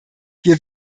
wir